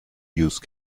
use